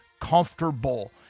comfortable